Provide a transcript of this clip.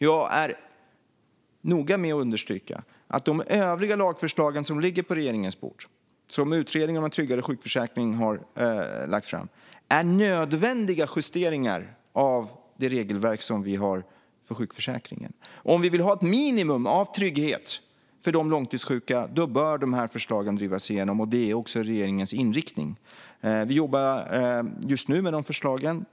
Jag är noga med att understryka att de övriga lagförslag som ligger på regeringens bord, som utredningen om en trygg sjukförsäkring har lagt fram, är nödvändiga justeringar av det regelverk som vi har för sjukförsäkringen. Om vi vill ha ett minimum av trygghet för de långtidssjuka bör dessa förslag drivas igenom, och det är också regeringens inriktning. Vi jobbar just nu med dessa förslag.